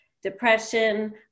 depression